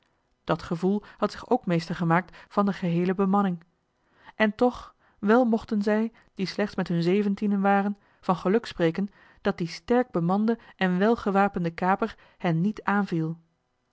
dat gevoel had zich ook meester gemaakt van de geheele joh h been paddeltje de scheepsjongen van michiel de ruijter bemanning en toch wel mochten zij die slechts met hun zeventienen waren van geluk spreken dat die stèrkbemande en wèlgewapende kaper hen niet aanviel